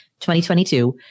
2022